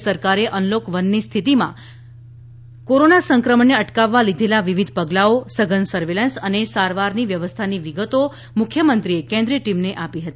રાજ્ય સરકારે અનલોક વનની સ્થિતિમાં રાજ્ય સરકારે કોરોના સંક્રમણને અટકાવવા લીધેલા વિવિધ પગલાંઓ સઘન સર્વેલન્સ અને સારવારની વ્યવસ્થાની વિગતો મુખ્યમંત્રીએ કેન્દ્રિય ટીમને આપી હતી